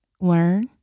learn